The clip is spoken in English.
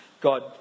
God